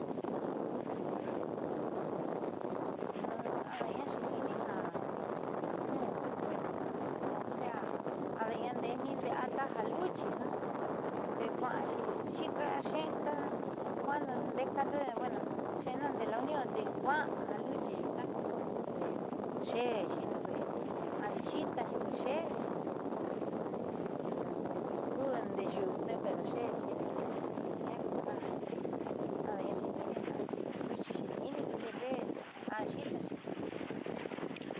Pues ada'aña xeeni'ini ja un osea ndeniinde'eataja luchi ja teekua'axi xiika xiika nde'ekando buen xe'ena ndee la union tee kua'an ja luchi nyuuka tee xe'exi nuuve'e adixitaxi porque xe'exi atiuu kuee ndee yuutnee pero xe'exi nuuve'ena jaa ku ja ada'ana xeeni'ini ja luchi xeeni'ini a xi'itaxi.